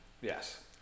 yes